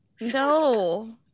No